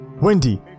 Wendy